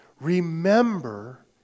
Remember